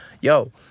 Yo